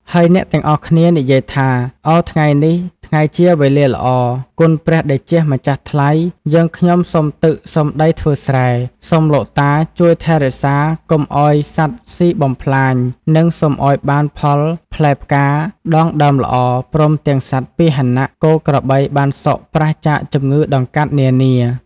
ហើយអ្នកទាំងអស់គ្នានិយាយថា ឱថ្ងៃនេះថ្ងៃជាវេលាល្អ គុណព្រះតេជះម្ចាស់ថ្លៃ យើងខ្ញុំសុំទឹក សុំដីធ្វើស្រែ សូមលោកតា ជួយថែរក្សាកុំឱ្យសត្វស៊ីបំផ្លាញ និង សូមឱ្យបានផលផ្លែផ្កា ដងដើមល្អ ព្រមទាំងសត្វ ពាហនៈ គោក្របីបានសុខប្រាសចាកជំងឺដង្កាត់នានា។